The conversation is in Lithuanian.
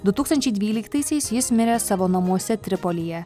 du tūkstančiai dvyliktaisiais jis mirė savo namuose tripolyje